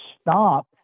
stop